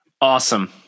Awesome